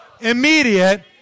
immediate